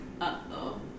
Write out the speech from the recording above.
Uh-oh